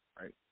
right